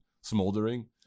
smoldering